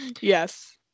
yes